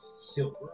silver